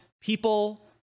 people